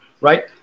right